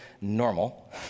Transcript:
normal